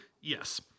yes